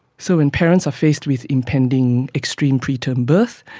so when parents are faced with impending extreme preterm birth,